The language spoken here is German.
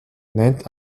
nennt